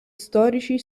storici